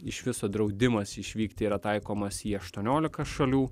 iš viso draudimas išvykti yra taikomas į aštuoniolika šalių